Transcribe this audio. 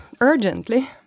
urgently